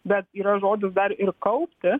bet yra žodis dar ir kaupti